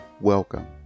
welcome